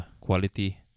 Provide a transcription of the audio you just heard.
quality